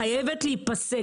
היא חייבת להיפסק.